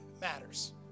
matters